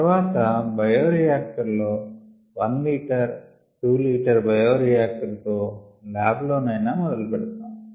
తర్వాత బయోరియాక్టర్ లో 1లీటర్ 2లీటర్ బయోరియాక్టర్ తో లాబ్ లో నైనా మొదలు పెడతాం